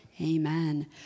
Amen